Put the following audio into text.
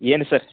ಏನು ಸರ್